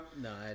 No